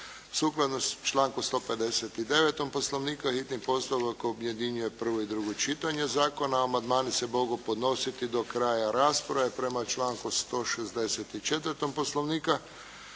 Sukladno članku 159. Poslovnika hitni postupak objedinjuje prvo i drugo čitanje zakona. Amandmani se mogu podnositi do kraja rasprave prema članku 164. Poslovnika.